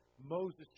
Moses